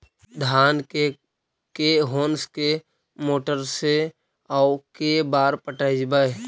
धान के के होंस के मोटर से औ के बार पटइबै?